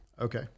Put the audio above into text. Okay